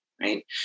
right